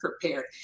prepared